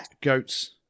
goats